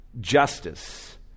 justice